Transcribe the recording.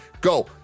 go